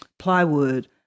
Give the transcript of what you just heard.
plywood